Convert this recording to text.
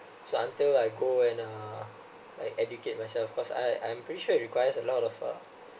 so until I go and (uh)like educate myself cause I I'm pretty sure it requires a lot of uh